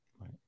Right